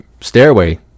stairway